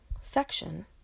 section